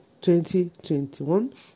2021